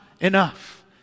enough